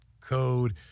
code